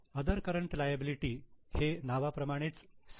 other current liability हे नावाप्रमाणेच C